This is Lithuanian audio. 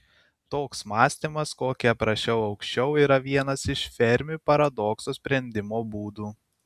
toks mąstymas kokį aprašiau aukščiau yra vienas iš fermi paradokso sprendimo būdų